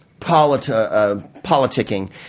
politicking